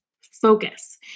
focus